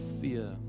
fear